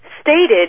stated